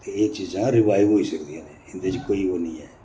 ते एह् चीजां रिवाइव होई सकदियां न इंदे च कोई ओह् नी ऐ